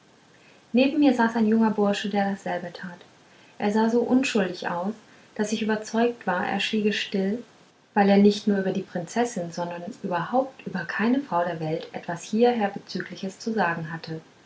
neben mir saß ein junger bursche der dasselbe tat er sah so unschuldig aus daß ich überzeugt war er schwiege still weil er nicht nur nicht über die prinzessin sondern überhaupt über keine frau der welt etwas hierher bezügliches zu sagen hatte